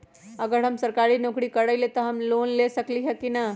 अगर हम सरकारी नौकरी करईले त हम लोन ले सकेली की न?